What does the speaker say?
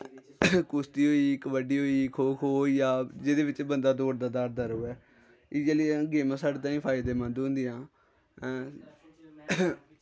कुश्ती होई गेई कबड्डी होई गेई खो खो होई गेआ जेह्दे बिच्च बंदा दौड़दा दाड़दा रौऐ इ'यै लेइयां गेमां साढ़े ताईं फायदेमंद होंदियां हां